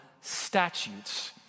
statutes